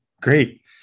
Great